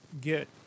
get